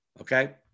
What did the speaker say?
Okay